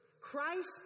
christ